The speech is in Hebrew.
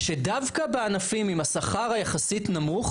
שדווקא בענפים עם השכר היחסית נמוך,